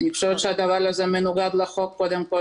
אני חושבת שהדבר הזה מנוגד לחוק, קודם כל